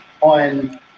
on